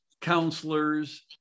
counselors